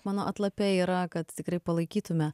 mano atlape yra kad tikrai palaikytume